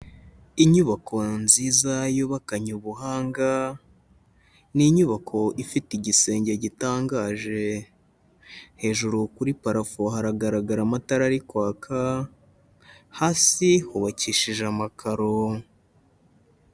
Inyubako nziza yubakanye ubuhanga, ni inyubako ifite igisenge gitangaje, hejuru kuri parafo haragaragara amatara ari kwaka, hasi hubakishije amakaro.